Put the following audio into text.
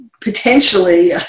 potentially